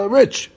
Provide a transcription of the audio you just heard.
rich